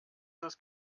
das